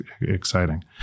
exciting